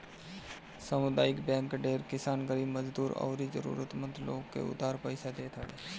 सामुदायिक बैंक ढेर किसान, गरीब मजदूर अउरी जरुरत मंद लोग के उधार पईसा देत हवे